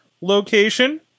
location